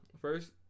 first